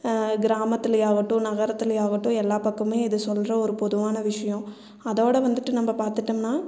கிராமத்துலேயே ஆகட்டும் நகரத்துலேயே ஆகட்டும் எல்லா பக்கமுமே இது சொல்கிற ஒரு பொதுவான விஷயம் அதோடு வந்துவிட்டு நம்ம பாத்துட்டோமுன்னா